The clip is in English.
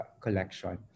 collection